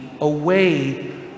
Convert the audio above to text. away